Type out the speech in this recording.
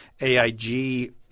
AIG